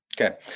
Okay